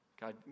God